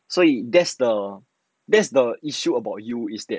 所以 that's the that's the issue about you instead